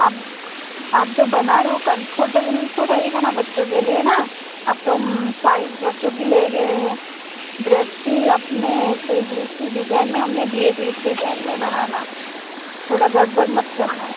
आप आप जो बना रहे हो कॉमफोटेबल तो रहेगा ना बच्चों के लिए ना अब तुम साइज़ बच्चों की ले गए है ड्रेस भी आपने ऐसे जैसी डिजाइन में हमने दिए थे उस डिजाइन में बनाना थोड़ा गड़बड़ मत करना